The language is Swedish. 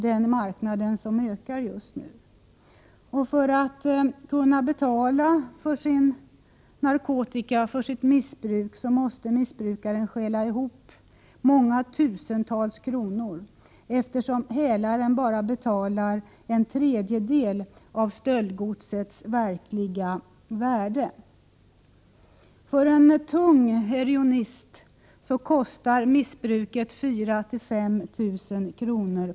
Den marknaden ökar just nu. För att kunna betala sin narkotika måste missbrukaren stjäla ihop många tusental kronor, eftersom hälaren bara betalar en tredjedel av stöldgodsets verkliga värde. För en tung heroinist kostar missbruket 4 000-5 000 kr.